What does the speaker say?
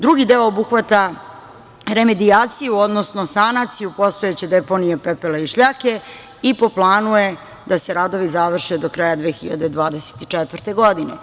Drugi deo obuhvata remedijaciju, odnosno sanaciju postojeće deponije pepela i šljake i po planu je da se radovi završe do kraja 2024. godine.